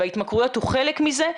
וההתמכרות זה חלק מזה,